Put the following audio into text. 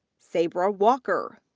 sabra walker,